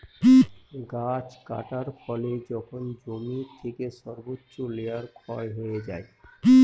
গাছ কাটার ফলে যখন জমি থেকে সর্বোচ্চ লেয়ার ক্ষয় হয়ে যায়